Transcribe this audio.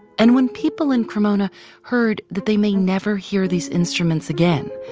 and when people in cremona heard that they may never hear these instruments again,